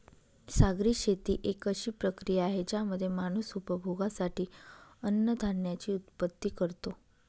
सागरी शेती एक अशी प्रक्रिया आहे ज्यामध्ये माणूस उपभोगासाठी अन्नधान्याची उत्पत्ति करतो